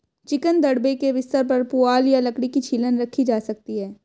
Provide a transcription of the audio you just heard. chicken दड़बे के बिस्तर पर पुआल या लकड़ी की छीलन रखी जा सकती है